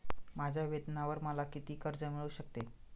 माझ्या वेतनावर मला किती कर्ज मिळू शकते?